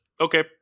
okay